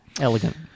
Elegant